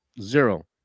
Zero